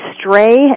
Stray